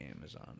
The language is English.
Amazon